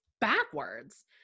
backwards